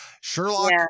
Sherlock